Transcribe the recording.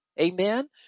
Amen